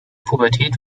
pubertät